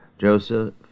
Joseph